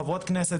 חברות כנסת.